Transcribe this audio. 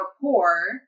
poor